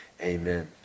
Amen